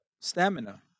stamina